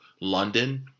London